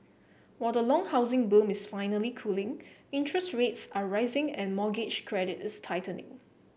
while the long housing boom is finally cooling interest rates are rising and mortgage credit is tightening